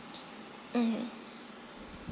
mmhmm